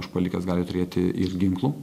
užpuolikas gali turėti ir ginklų